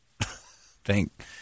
Thank